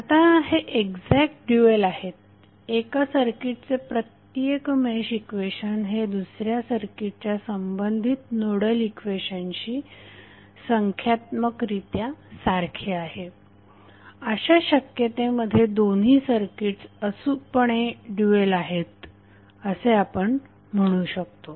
आता हे exact dual आहेत एका सर्किटचे प्रत्येक मेश इक्वेशन हे दुसऱ्या सर्किटच्या संबंधित नोडल इक्वेशनशी संख्यात्मकरित्या सारखे आहे अशा शक्यतेमध्ये दोन्ही सर्किट्स अचूकपणे ड्यूएल आहेत असे आपण म्हणू शकतो